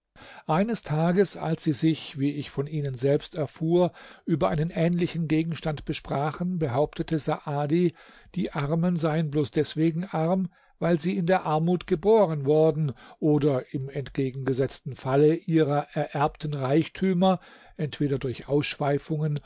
eines tages als sie sich wie ich von ihnen selbst erfuhr über einen ähnlichen gegenstand besprachen behauptete saadi die armen seien bloß deswegen arm weil sie in der armut geboren worden oder im entgegengesetzten falle ihre ererbten reichtümer entweder durch ausschweifungen